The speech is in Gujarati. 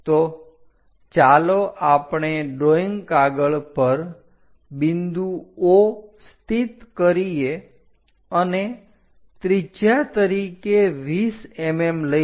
તો ચાલો આપણે ડ્રોઈંગ કાગળ પર બિંદુ O સ્થિત કરીએ અને ત્રિજ્યા તરીકે 20 mm લઈએ